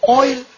oil